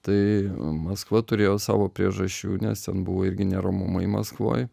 tai maskva turėjo savo priežasčių nes ten buvo irgi neramumai maskvoj